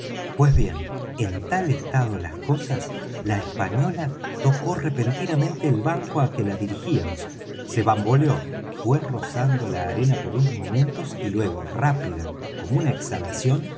pues bien en tal estado las cosas la española tocó repentinamente el banco á que la dirigíamos se bamboleó fué rozando la arena por un momento y luego rápida como una exhalación